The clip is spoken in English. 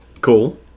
cool